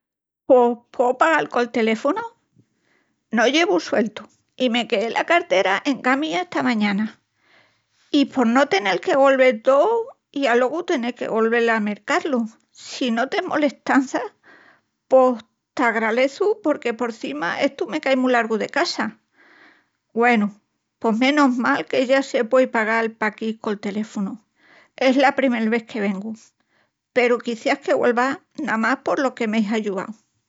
Pos… pueu pagal col teléfonu? No llevu sueltu i me queé la cartera encá mía esta mañana. I por no tenel que volvel tóu i alogu tenel que golvel a mercá-lu. Si no t'es molestança pos t'agraleçu porque porcima estu me cai mu largu de casa. Güenu, pos menus mal que ya se puei pagal paquí col teléfonu. Es la primel ves que vengu peru quiciás que güelva namás que polo que m'eis ayuau!